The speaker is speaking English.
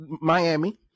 Miami